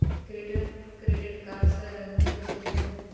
Credit card सर मिल जेतै?